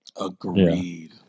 Agreed